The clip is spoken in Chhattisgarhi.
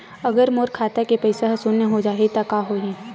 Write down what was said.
अगर मोर खाता के पईसा ह शून्य हो जाही त का होही?